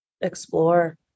explore